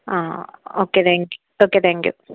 ആ okay thank you okay thank U